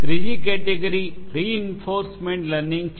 ત્રીજી category reinforcement learning છે